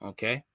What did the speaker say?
Okay